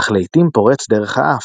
אך לעיתים פורץ דרך האף,